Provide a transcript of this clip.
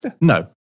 No